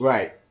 Right